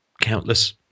countless